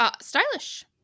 Stylish